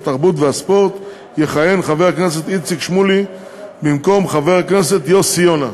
התרבות והספורט יכהן חבר הכנסת איציק שמולי במקום חבר הכנסת יוסי יונה.